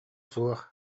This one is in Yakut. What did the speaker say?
суох